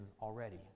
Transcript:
already